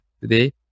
today